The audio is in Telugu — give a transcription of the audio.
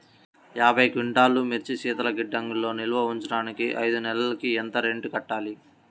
యాభై క్వింటాల్లు మిర్చి శీతల గిడ్డంగిలో నిల్వ ఉంచటానికి ఐదు నెలలకి ఎంత రెంట్ కట్టాలి?